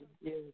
Yes